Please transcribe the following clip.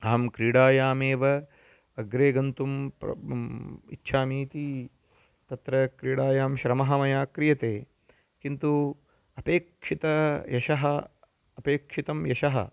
अहं क्रीडायामेव अग्रे गन्तुं प्र इच्छामि इति तत्र क्रीडायां श्रमः मया क्रियते किन्तु अपेक्षितं यशः अपेक्षितं यशः